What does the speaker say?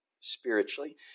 spiritually